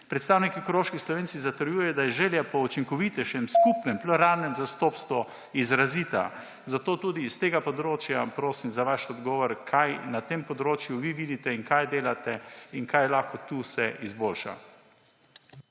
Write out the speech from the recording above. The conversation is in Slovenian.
Predstavniki koroških Slovencev zatrjujejo, da je želja po učinkovitejšem skupnem pluralnem zastopstvu izrazita. Zato tudi s tega področja prosim za vaš odgovor: Kaj na tem področju vi vidite? Kaj delate in kaj se lahko tu izboljša?